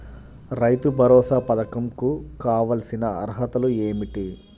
రైతు భరోసా పధకం కు కావాల్సిన అర్హతలు ఏమిటి?